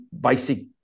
basic